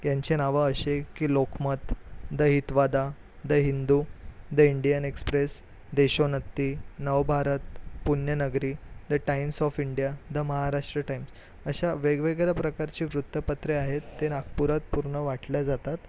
त्यांचे नावं असे की Lokmat the Hitavada the Hindu the Indian Express Deshonnati Navbharat Punyanagari the Times of India the Maharashtra Times अशा वेगवेगळ्या प्रकारचे वृतपत्रे आहेत ते नागपुरात पूर्ण वाटले जातात